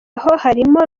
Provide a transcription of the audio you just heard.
harimo